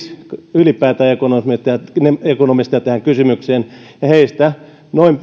ylipäätään kolmekymmentäviisi ekonomistia tähän kysymykseen ja heistä